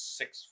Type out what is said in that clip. six